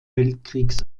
weltkriegs